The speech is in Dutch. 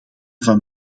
van